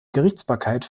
gerichtsbarkeit